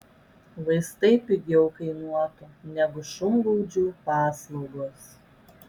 vaistai pigiau kainuotų negu šungaudžių paslaugos